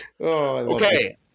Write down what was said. Okay